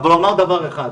אבל הוא אמר דבר אחד: